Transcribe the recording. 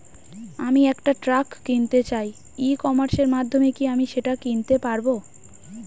আমি একটা ট্রাক্টর কিনতে চাই ই কমার্সের মাধ্যমে কি আমি সেটা কিনতে পারব?